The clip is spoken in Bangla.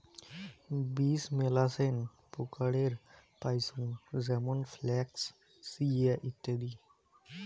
বীজ মেলাছেন প্রকারের পাইচুঙ যেমন ফ্লাক্স, চিয়া, ইত্যাদি